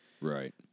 Right